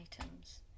items